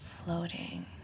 floating